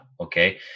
okay